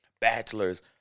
bachelors